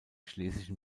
schlesischen